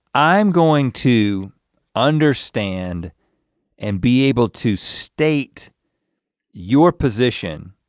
i'm going to understand and be able to state your position,